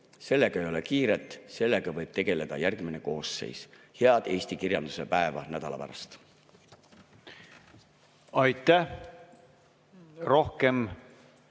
sellega ei ole kiiret, sellega võib tegeleda järgmine koosseis. Head eesti kirjanduse päeva nädala pärast! Tänan, hea